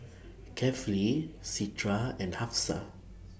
Kefli Citra and Hafsa